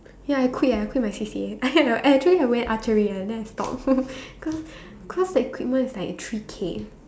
ya I quit ah I quit my C_C_A actually I went archery one then I stop cause cause the equipment is like three K